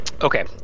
Okay